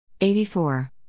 84